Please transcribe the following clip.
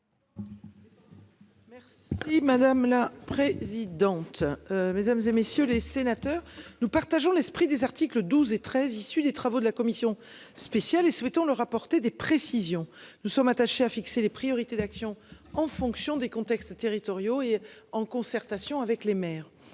Merci madame la présidente. Mesdames, et messieurs les sénateurs. Nous partageons l'esprit des articles 12 et 13. Issu des travaux de la commission spéciale et souhaitons leur apporter des précisions. Nous sommes attachés à fixer les priorités d'action en fonction des contextes territoriaux et en concertation avec les maires.